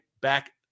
Back